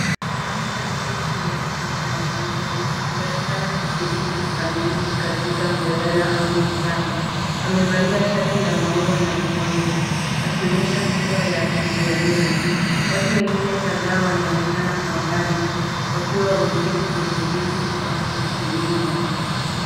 Mwanamke ameketi kwenye kiti cha magurudumu akionekana akishiriki kikamilifu katika mjadala au mkutano. Amevalia shati la maua na miwani akionyesha sura ya kujiamini. Watu wengine kadhaa wanaonekana kwa mbali wakiwa wameketi kwenye viti wakisikiliza.